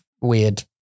weird